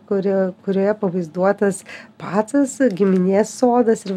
kuri kurioje pavaizduotas pacas giminės sodas ir